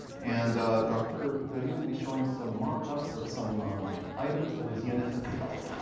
and dr. goody will be showing some mock-ups of some items that his unit has developed.